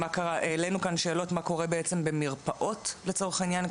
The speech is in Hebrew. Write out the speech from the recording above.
העלינו כאן שאלות מה קורה במרפאות לצורך העניין,